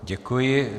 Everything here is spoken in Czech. Děkuji.